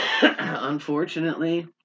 Unfortunately